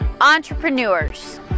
entrepreneurs